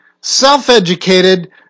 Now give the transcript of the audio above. self-educated